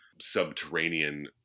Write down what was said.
subterranean